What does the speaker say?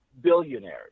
billionaires